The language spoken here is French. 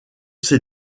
ces